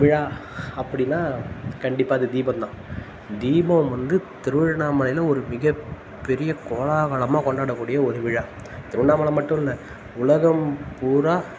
விழா அப்படின்னா கண்டிப்பாக அது தீபம்தான் தீபம் வந்து திருவண்ணாமலையில் ஒரு மிக பெரிய கோலாகலமாக கொண்டாடக்கூடிய ஒரு விழா திருவண்ணாமலை மட்டும் இல்லை உலகம் பூரா